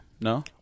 No